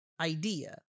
idea